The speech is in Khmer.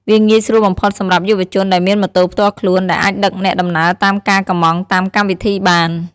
វាងាយស្រួលបំផុតសម្រាប់យុវជនដែលមានម៉ូតូផ្ទាល់ខ្លួន ដែលអាចដឹកអ្នកដំណើរតាមការកម្ម៉ង់តាមកម្មវិធីបាន។